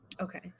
Okay